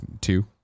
two